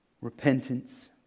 repentance